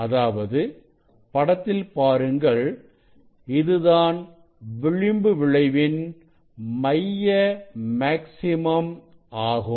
அதாவது படத்தில் பாருங்கள் இதுதான் விளிம்பு விளைவின் மைய மேக்ஸிமம் ஆகும்